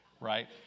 Right